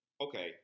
Okay